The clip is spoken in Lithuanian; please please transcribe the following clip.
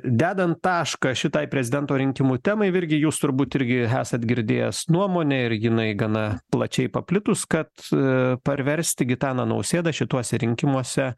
dedant tašką šitai prezidento rinkimų temai virgi jūs turbūt irgi esat girdėjęs nuomonę ir jinai gana plačiai paplitus kad parversti gitaną nausėdą šituose rinkimuose